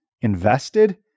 invested